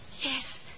Yes